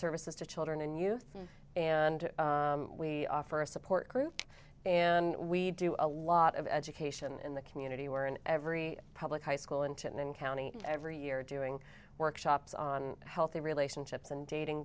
services to children and youth and we offer a support group and we do a lot of education in the community were in every public high school into and county every year doing workshops on healthy relationships and dating